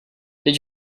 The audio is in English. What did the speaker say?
did